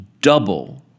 double